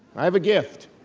i have a gift.